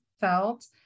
felt